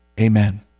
Amen